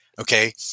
Okay